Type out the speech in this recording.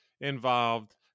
involved